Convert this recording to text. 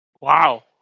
Wow